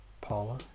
Paula